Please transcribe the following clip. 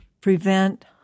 prevent